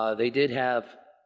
ah they did have